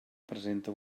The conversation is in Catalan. presenta